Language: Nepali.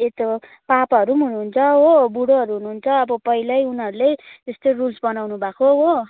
यस्तो पापाहरू पनि हुनुहुन्छ हो बुढोहरू हुनुहुन्छ अब पहिल्यै उनीहरूले त्यस्तै रुल्स बनाउनु भएको हो